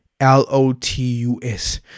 L-O-T-U-S